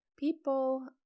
People